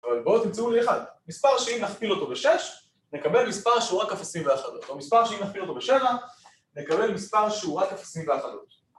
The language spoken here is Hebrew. טוב, בואו תמצאו לי אחד, מספר שאם נכפיל אותו בשש, נקבל מספר שהוא רק אפסים ואחדות או מספר שאם נכפיל אותו בשבע, נקבל מספר שהוא רק אפסים ואחדות